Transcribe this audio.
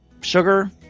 sugar